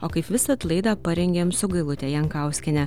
o kaip visad laidą parengėm su gailute jankauskiene